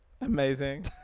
Amazing